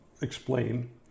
explain